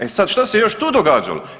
E sad, što se još tu događalo?